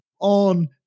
on